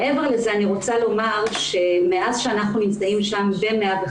מעבר לזה, אני רוצה לומר שמאז אנחנו נמצאים ב-105,